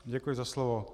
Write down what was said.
Děkuji za slovo.